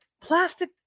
plastic